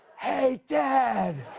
hey, dad!